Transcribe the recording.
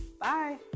Bye